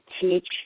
teach